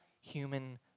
human